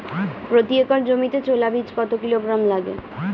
প্রতি একর জমিতে ছোলা বীজ কত কিলোগ্রাম লাগে?